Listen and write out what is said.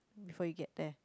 before you get there